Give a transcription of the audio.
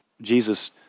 Jesus